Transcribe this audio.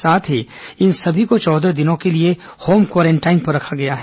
साथ ही इन सभी को चौदह दिन के लिए होम क्वारेंटाइन पर रखा गया है